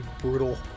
brutal